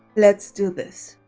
let's do this